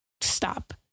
stop